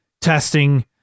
testing